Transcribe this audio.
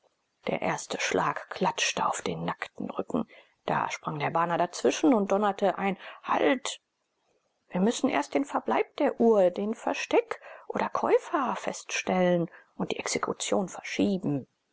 der erste schlag klatschte auf den nackten rücken da sprang der bana dazwischen und donnerte ein halt wir müssen erst den verbleib der uhr den versteck oder käufer feststellen und die exekution verschieben